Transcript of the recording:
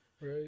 right